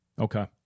Okay